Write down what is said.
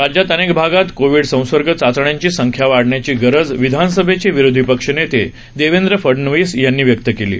राज्यात अनेक भागात कोविड संसर्ग चाचण्यांची संख्या वाढवण्याची गरज विधानसभेचे विरोधी पक्षनेते देवेंद्र फडनवीस यांनी व्यक्त केली आहे